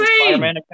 Spider-Man